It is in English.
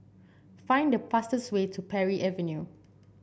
find the fastest way to Parry Avenue